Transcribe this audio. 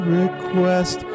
request